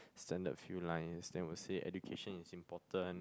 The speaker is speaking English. standard few lines then would say education is important